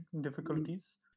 difficulties